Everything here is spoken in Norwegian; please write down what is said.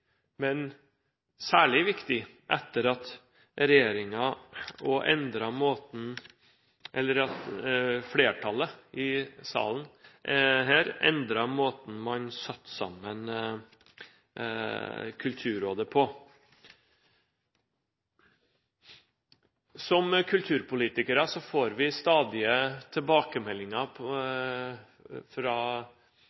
etter at flertallet i salen endret måten man satte sammen Kulturrådet på. Som kulturpolitikere får vi stadige tilbakemeldinger